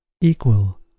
Equal